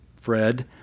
Fred